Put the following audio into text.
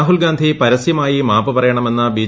രാഹുൽ ഗാന്ധി പരസ്യമായി മാപ്പ് പറയണമെന്ന് ബി